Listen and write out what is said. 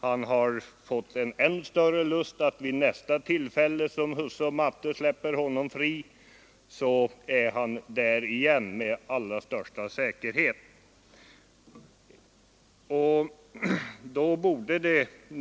Han har fått än större lust och vid nästa tillfälle när husse och matte släpper honom fri är han där igen med allra största säkerhet.